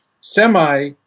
semi